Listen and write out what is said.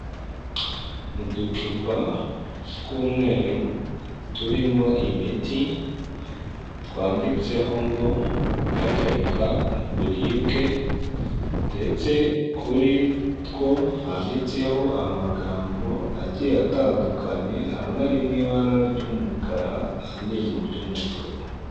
Uducupa tw'umweru, turimo imiti, twanditseho ngo hagarika uburibwe ndetse kuri two handitseho amagambo agiye atandukanye, amwe mu ibara ry'umukara andi mu ry'umutuku.